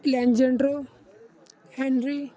alejandro henry